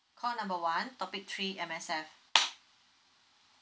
call number one topic three M_S_F